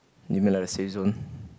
you mean like the safe zone